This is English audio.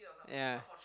yea